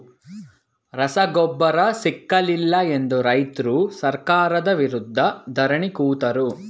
ರಸಗೊಬ್ಬರ ಸಿಕ್ಕಲಿಲ್ಲ ಎಂದು ರೈತ್ರು ಸರ್ಕಾರದ ವಿರುದ್ಧ ಧರಣಿ ಕೂತರು